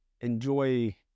enjoy